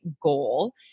goal